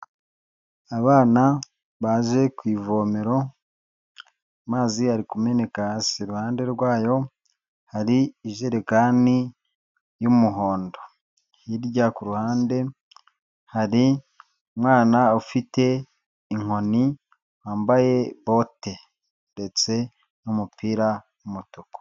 Abana baje ku ivomero, amazi ari kumeneka hasi, iruhande rwayo hari ijerekani y'umuhondo, hirya ku ruhande hari umwana ufite inkoni, wambaye bote ndetse n'umupira w'umutuku.